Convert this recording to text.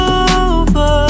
over